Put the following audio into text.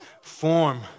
Form